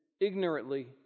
ignorantly